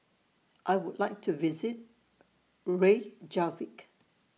I Would like to visit Reykjavik